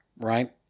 right